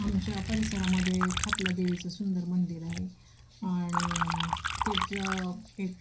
आमच्या परिसरामध्ये खातला देवीचं सुंदर मंदिर आहे आणि तिचं एक